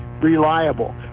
reliable